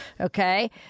Okay